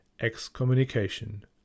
Excommunication